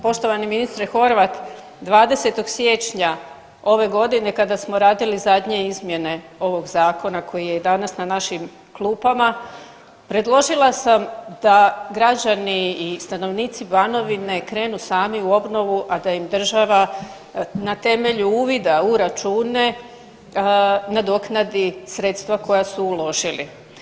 Poštovani ministre Horvat 20. siječnja ove godine kada smo radili zadnje izmjene ovog zakona koji je i danas na našim kupama predložila sam da građani i stanovnici Banovine krenu sami u obnovu, a da im država na temelju uvida u račune nadoknadi sredstva koja su uložili.